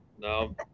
no